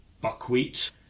buckwheat